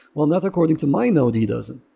well not according to my node he doesn't.